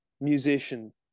musician